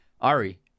Ari